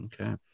Okay